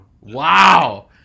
Wow